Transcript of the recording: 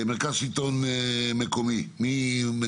מרכז השלטון המקומי, בבקשה.